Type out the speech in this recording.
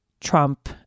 trump